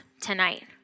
tonight